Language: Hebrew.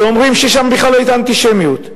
שאומרים ששם בכלל לא היתה אנטישמיות.